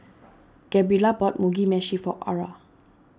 Gabrielle bought Mugi Meshi for Aura